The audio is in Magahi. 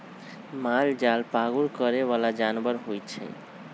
मालजाल पागुर करे बला जानवर होइ छइ